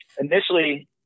initially